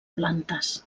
plantes